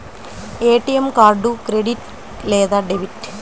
ATM card credit లేదా debit?